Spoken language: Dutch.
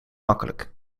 makkelijk